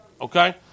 Okay